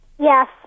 Yes